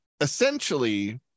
essentially